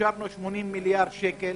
אישרנו 80 מיליארד שקל